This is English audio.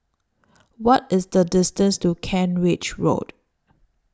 What IS The distance to Kent Ridge Road